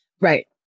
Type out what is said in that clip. right